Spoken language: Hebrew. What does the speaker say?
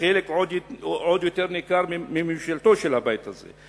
וחלק עוד יותר ניכר מממשלתו של הבית הזה,